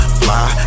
fly